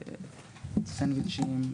סנדוויצ'ים,